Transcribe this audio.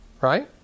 right